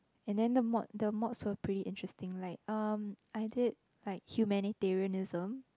and then the mod the mods were pretty interesting like um I did like humanitarianism